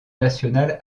nationale